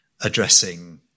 addressing